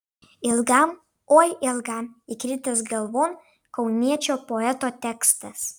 ilgam oi ilgam įkritęs galvon kauniečio poeto tekstas